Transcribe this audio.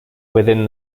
within